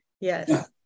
yes